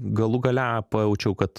galų gale pajaučiau kad